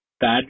bad